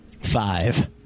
five